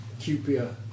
Cupia